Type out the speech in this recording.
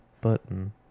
button